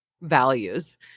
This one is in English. values